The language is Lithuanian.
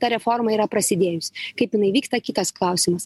ta reforma yra prasidėjus kaip jinai vyksta kitas klausimas